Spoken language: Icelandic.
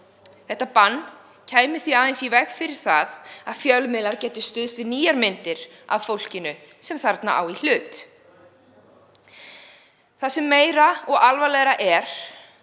Þetta bann kæmi því aðeins í veg fyrir að fjölmiðlar gætu stuðst við nýjar myndir af fólkinu sem á í hlut. Það sem meira er og alvarlegra er